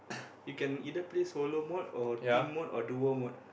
you can either play solo mode or team mode or dual mode